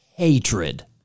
Hatred